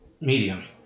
Medium